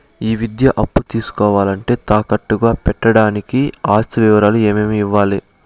ఈ విద్యా అప్పు తీసుకోవాలంటే తాకట్టు గా పెట్టడానికి ఆస్తి వివరాలు ఏమేమి ఇవ్వాలి?